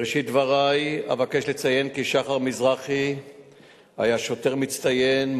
בראשית דברי אבקש לציין כי שחר מזרחי היה שוטר מצטיין,